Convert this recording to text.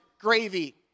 gravy